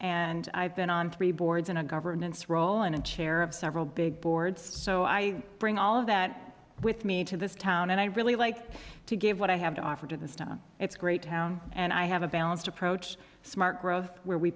and i've been on three boards and a governance role in a chair of several big boards so i bring all of that with me to this town and i really like to give what i have to offer to this time it's a great town and i have a balanced approach smart growth where we